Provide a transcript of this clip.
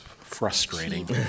frustrating